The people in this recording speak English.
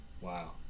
Wow